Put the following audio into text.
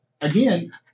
again